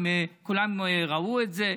כולם ראו את זה,